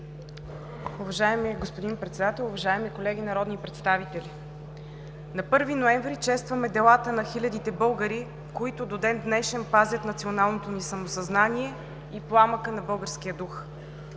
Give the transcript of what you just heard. Уважаеми господин Председател, уважаеми колеги народни представители! „На първи ноември честваме делата на хилядите българи, които до ден-днешен пазят националното ни самосъзнание и пламъка на българския дух.